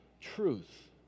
truth